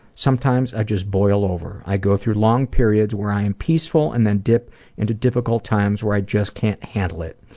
sometimes i just boil over. i go through long periods where i am peaceful and then dip into difficult times where i just can't handle it.